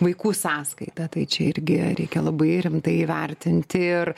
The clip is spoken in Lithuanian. vaikų sąskaita tai čia irgi reikia labai rimtai įvertinti ir